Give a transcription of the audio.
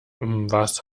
was